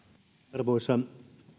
arvoisa